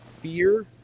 fear